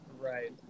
Right